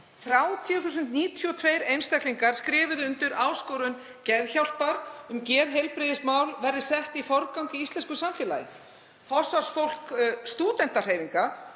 30.092 einstaklingar skrifuðu undir áskorun Geðhjálpar um að geðheilbrigðismál verði sett í forgang í íslensku samfélagi. Forsvarsfólk stúdentahreyfinga